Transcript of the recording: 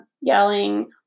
yelling